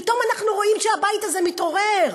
פתאום אנחנו רואים שהבית הזה מתעורר,